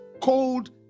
cold